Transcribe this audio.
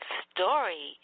story